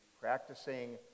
practicing